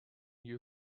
you